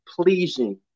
pleasing